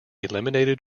eliminated